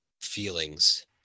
feelings